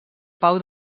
pau